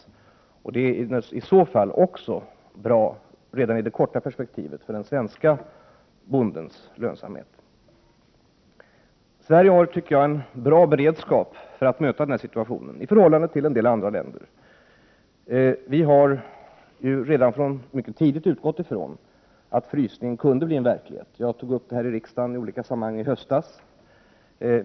Det är naturligtvis i så fall bra redan i det korta perspektivet för det svenska jordbrukets lönsamhet. Sverige har en bra beredskap för att möta denna situation i förhållande till en del andra länder. Vi har redan mycket tidigt utgått från att en frysning kunde bli verklighet. Jag tog upp det här i riksdagen i olika sammanhang i höstas.